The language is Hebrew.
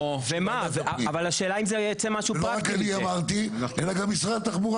השאלה היא אם ייצא משהו פרקטי מזה.